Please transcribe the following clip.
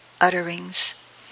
utterings